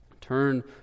Turn